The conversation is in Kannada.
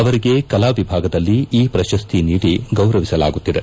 ಅವರಿಗೆ ಕಲಾ ವಿಭಾಗದಲ್ಲಿ ಈ ಪ್ರಶಸ್ತಿ ನೀಡಿ ಗೌರವಿಸಲಾಗುತ್ತಿದೆ